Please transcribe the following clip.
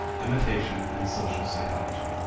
imitation and social psychology.